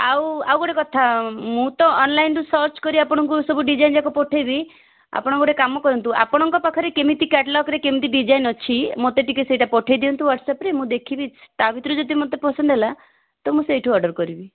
ଆଉ ଆଉ ଗୋଟେ କଥା ମୁଁ ତ ଅନଲାଇନ୍ ରୁ ସର୍ଚ୍ଚ କରି ଆପଣଙ୍କୁ ସବୁ ଡିଜାଇନ୍ ଯାକ ପଠେଇବି ଆପଣ ଗୋଟେ କାମ କରନ୍ତୁ ଆପଣଙ୍କ ପାଖରେ କେମିତି କ୍ୟାଟ୍ଲଗ୍ରେ କେମିତି ଡିଜାଇନ୍ ଅଛି ମୋତେ ଟିକେ ସେଇଟା ପଠେଇ ଦିଅନ୍ତୁ ୱାଟସ୍ଅପ୍ ରେ ମୁଁ ଦେଖିବି ତା ଭିତରୁ ଯଦି ମୋତେ ପସନ୍ଦ ହେଲା ତ ମୁଁ ସେଇଠୁ ଅର୍ଡ଼ର୍ କରିବି